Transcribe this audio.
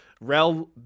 Rel